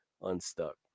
unstuck